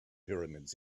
pyramids